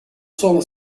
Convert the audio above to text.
sola